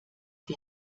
die